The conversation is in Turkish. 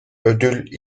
ödül